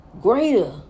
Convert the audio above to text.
greater